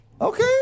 Okay